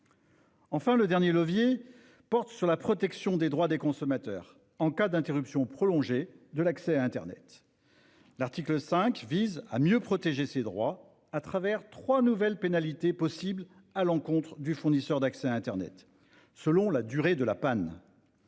Enfin, le dernier levier concerne la protection des droits des consommateurs en cas d'interruption prolongée de l'accès à internet. L'article 5 vise ainsi à renforcer cette protection par la création de trois nouvelles pénalités à l'encontre du fournisseur d'accès à internet, selon la durée de la panne